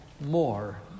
more